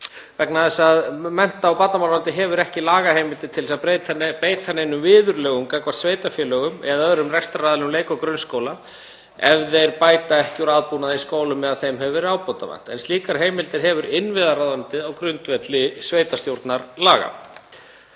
vegna þess að mennta- og barnamálaráðuneyti hefur ekki lagaheimildir til þess að beita viðurlögum gagnvart sveitarfélögum eða öðrum rekstraraðilum leik- og grunnskóla ef þeir bæta ekki úr aðbúnaði í skólum eða aðbúnaði hefur verið ábótavant. En slíkar heimildir hefur innviðaráðuneytið á grundvelli sveitarstjórnarlaga.